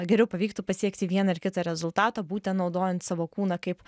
na geriau pavyktų pasiekti vieną ar kitą rezultatą būtent naudojant savo kūną kaip